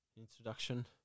introduction